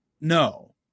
No